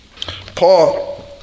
Paul